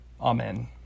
Amen